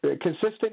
consistent